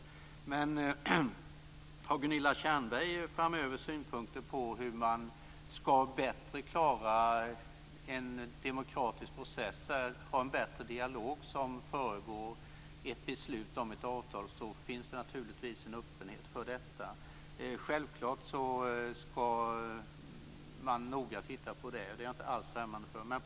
Om Gunilla Tjernberg framöver har synpunkter på hur man bättre ska klara en demokratisk process och ha en bättre dialog som föregår ett beslut om ett avtal, finns det naturligtvis en öppenhet för detta. Det är självklart att man ska titta noga på det - jag är inte alls främmande för det.